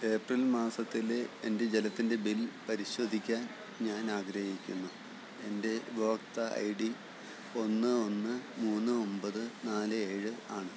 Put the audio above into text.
April മാസത്തിലെ എൻ്റെ ജലത്തിൻ്റെ ബിൽ പരിശോധിക്കാൻ ഞാൻ ആഗ്രഹിക്കുന്നു എൻ്റെ ഉപഭോക്തൃ ഐ ഡി ഒന്ന് ഒന്ന് മൂന്ന് ഒമ്പത് നാല് ഏഴ് ആണ്